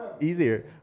easier